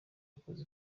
akoze